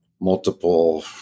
multiple